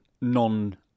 non